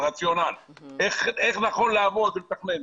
על רציונל ועל איך נכון לעבוד ולתכנן.